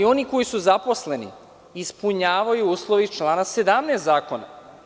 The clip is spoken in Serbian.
Oni koji su zaposleni, ispunjavaju uslove iz člana 17. zakona.